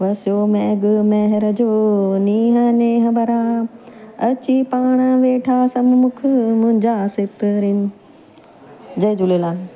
Jay Jhulelal